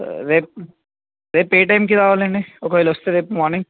రేపు రేపు ఏ టైమ్కి రావాలండి ఒకవేళ వస్తే రేపు మార్నింగ్